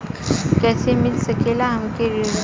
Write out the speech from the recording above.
कइसे मिल सकेला हमके ऋण?